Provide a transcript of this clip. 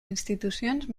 institucions